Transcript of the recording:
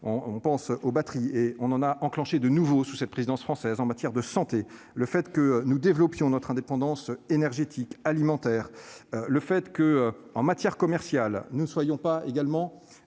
on pense aux batteries et on en a enclenché de nouveau sous cette présidence française en matière de santé, le fait que nous développions notre indépendance énergétique, alimentaire, le fait que, en matière commerciale, nous soyons pas également